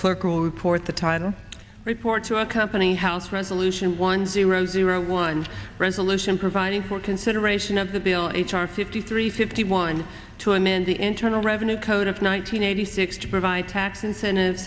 clerk will report the title report to accompany house resolution one zero zero one resolution providing for consideration of the bill it talked to fifty three fifty one to amend the internal revenue code of nine hundred eighty six to provide tax incentives